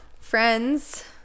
friends